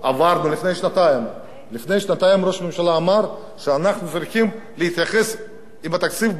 לפני שנתיים ראש הממשלה אמר שאנחנו צריכים להתייחס לתקציב באחריות,